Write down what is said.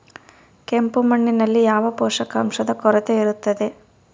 ಕೆಂಪು ಮಣ್ಣಿನಲ್ಲಿ ಯಾವ ಪೋಷಕಾಂಶದ ಕೊರತೆ ಇರುತ್ತದೆ?